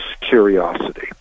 curiosity